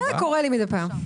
קורה לי מידי פעם.